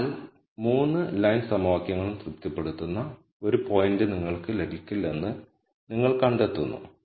എല്ലാ 3 ലൈൻ സമവാക്യങ്ങളും തൃപ്തിപ്പെടുത്തുന്ന ഒരു പോയിന്റ് നിങ്ങൾക്ക് ലഭിക്കില്ലെന്ന് നിങ്ങൾ കണ്ടെത്തുന്നു